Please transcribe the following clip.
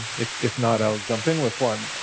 if if not i'll jump in with one.